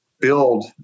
build